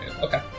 Okay